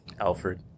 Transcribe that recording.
Alfred